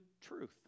truth